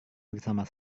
bersama